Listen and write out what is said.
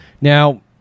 Now